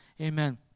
Amen